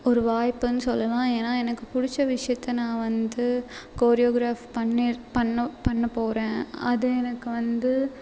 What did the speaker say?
ஒரு வாய்ப்புனு சொல்லலாம் ஏன்னா எனக்கு புடித்த விஷயத்தை நான் வந்து கொரியோகிராஃப் பண்ணி பண்ண பண்ண போகிறேன் அது எனக்கு வந்து